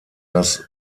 das